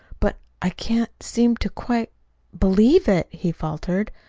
but i can't seem to quite believe it, he faltered.